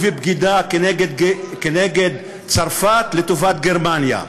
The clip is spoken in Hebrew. ובבגידה בצרפת לטובת גרמניה.